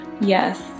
Yes